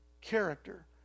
character